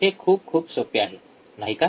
हे खूप खूप सोपे आहे नाही का